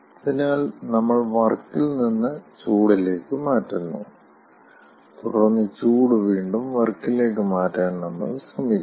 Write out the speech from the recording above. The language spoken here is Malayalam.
അതിനാൽ നമ്മൾ വർക്കിൽ നിന്ന് ചൂടിലേക്ക് മാറ്റുന്നു തുടർന്ന് ചൂട് വീണ്ടും വർക്കിലേക്ക് മാറ്റാൻ നമ്മൾ ശ്രമിക്കുന്നു